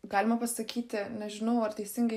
galima pasakyti nežinau ar teisingai